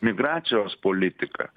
migracijos politiką